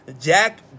Jack